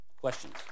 Questions